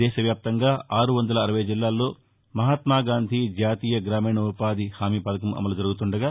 దేశ వ్యాప్తంగా ఆరు వందల ఆరవై జిల్లాల్లో మహాత్మ గాంధీ జాతీయ గ్రామీణ ఉపాధి హామీ పథకం అమలు జరుగుతుండగా